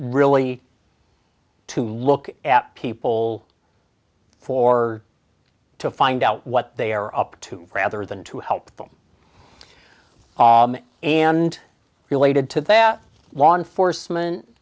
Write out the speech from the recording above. really to look at people for to find out what they are up to rather than to help them and related to that law enforcement